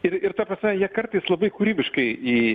ir ir ta prasme jie kartais labai kūrybiškai į